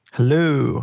Hello